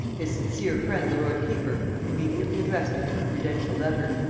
his sincere friend the lord keeper immediately addressed to him a prudential letter,